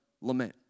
lament